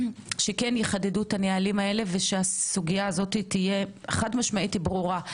שיחדדו את הנהלים ושהסוגיה הזו תהיה חד משמעית ברורה.